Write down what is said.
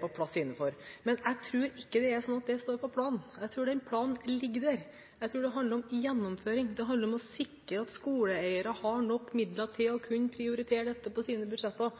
på plass. Jeg tror ikke det er sånn at det står på planen. Jeg tror den planen ligger der, jeg tror det handler om gjennomføring. Det handler om å sikre at skoleeiere har nok midler til å kunne prioritere dette på sine budsjetter.